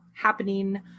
happening